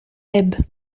haybes